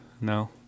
No